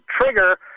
trigger